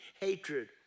hatred